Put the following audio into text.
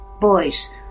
boys